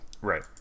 Right